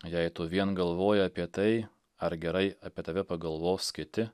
jei tu vien galvoji apie tai ar gerai apie tave pagalvos kiti